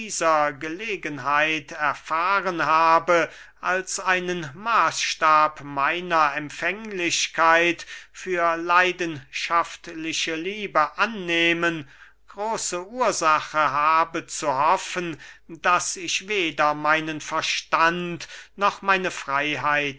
gelegenheit erfahren habe als einen maßstab meiner empfänglichkeit für leidenschaftliche liebe annehmen große ursache habe zu hoffen daß ich weder meinen verstand noch meine freyheit